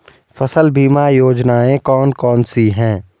फसल बीमा योजनाएँ कौन कौनसी हैं?